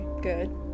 Good